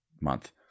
month